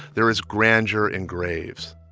there is grandeur in graves